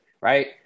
Right